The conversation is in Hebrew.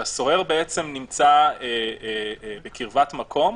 שהסוהר נמצא בקרבת מקום,